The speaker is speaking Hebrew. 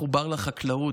מחובר לחקלאות.